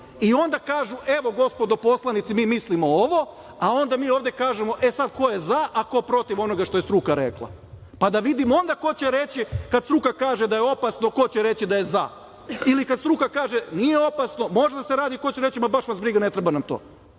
i onda kažu – evo gospodo poslanici mi mislimo ovo, a onda mi ovde kažemo – e sada ko je za, a ko je protiv onoga što je struka rekla, pa da vidimo onda ko će reći kada struka kaže da je opasno ko će reći da je za ili kada struka kaže – nije opasno, može da se radi, ko će reći – ma baš nas briga, ne treba nam to.